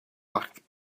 back